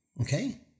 Okay